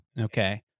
Okay